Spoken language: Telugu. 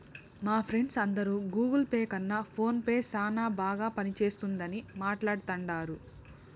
మా ఫ్రెండ్స్ అందరు గూగుల్ పే కన్న ఫోన్ పే నే సేనా బాగా పనిచేస్తుండాదని మాట్లాడతాండారు